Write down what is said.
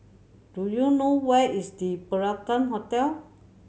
do you know where is Le Peranakan Hotel